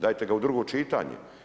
Dajte ga u drugo čitanje.